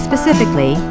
Specifically